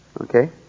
Okay